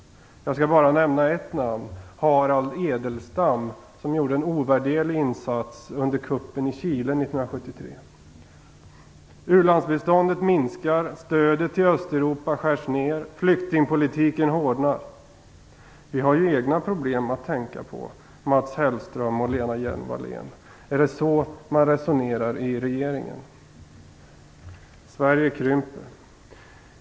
Jag skall bara nämna ett namn, Harald Edelstam, som gjorde en ovärderlig insats under kuppen i Chile 1973. U-landsbiståndet minskar, stödet till Östeuropa skärs ned, flyktingpolitiken hårdnar. Vi har ju egna problem att tänka på. Mats Hellström och Lena Hjelm-Wallén - är det så man resonerar i regeringen? Sverige krymper.